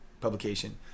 publication